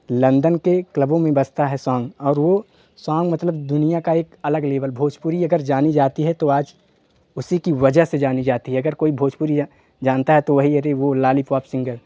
London के क्लबों में बजता है साँग और वो साँग मतलब दुनिया का एक अलग लेवल भोजपूरी अगर जानी जाती है तो आज इसी की वजह से जानी जाती है अगर कोई भोजपुरी या जानता है तो वही यदि वो लालीपॉप सिंगर